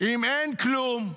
"אם אין כלום,